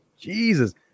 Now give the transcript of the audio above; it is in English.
Jesus